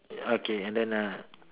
okay and then uh